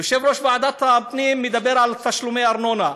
יושב-ראש ועדת הפנים מדבר על תשלומי ארנונה.